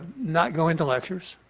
not going to lectures.